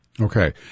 Okay